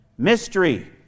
Mystery